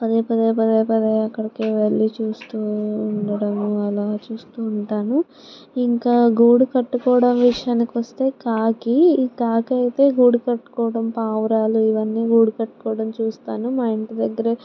పదే పదే పదే పదే అక్కడికి వెళ్ళి చూస్తూ ఉండడం అలా చూస్తూ ఉంటాను ఇంకా గూడు కట్టుకోవడం విషయానికి వస్తే కాకి కాకి అయితే గూడు కట్టుకోవడం పావురాలు ఇవన్నీ గూడు కట్టుకోవడం చూస్తాను మా ఇంటి దగ్గరే